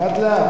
לאט-לאט.